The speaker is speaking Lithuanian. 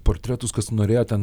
portretus kas norėjo ten